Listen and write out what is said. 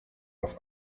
auf